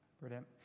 Brilliant